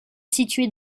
situé